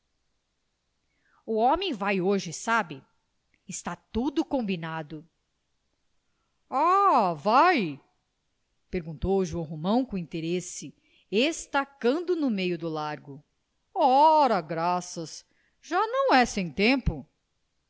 o homem vai hoje sabe está tudo combinado ah vai perguntou joão romão com interesse estacando no meio do largo ora graças já não é sem tempo